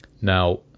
now